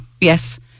yes